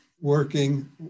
working